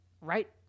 right